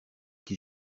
qui